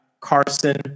Carson